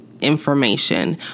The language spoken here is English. information